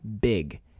big